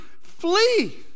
flee